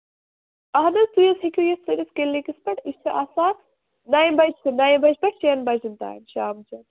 اَہَن حظ تُہۍ حظ ہیٚکِو یِتھ سٲنِس کِلنِکَس پٮ۪ٹھ أسۍ چھِ آسان نَوِ بَجہِ تہِ نَوِ بَجہِ پٮ۪ٹھٕ شین بَجن تام شامچٮ۪ن